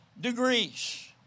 degrees